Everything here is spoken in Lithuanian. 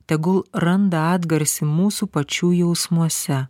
tegul randa atgarsį mūsų pačių jausmuose